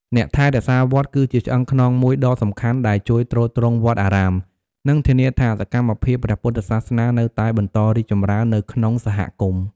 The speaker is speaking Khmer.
អ្នកថែរក្សាវត្តគឺជាឆ្អឹងខ្នងមួយដ៏សំខាន់ដែលជួយទ្រទ្រង់វត្តអារាម និងធានាថាសកម្មភាពព្រះពុទ្ធសាសនានៅតែបន្តរីកចម្រើននៅក្នុងសហគមន៍។